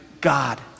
God